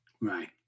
Right